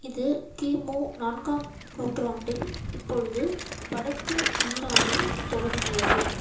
இது கிமு நான்காம் நூற்றாண்டில் இப்பொழுது வடக்கு ஈரானில் தொடங்கியது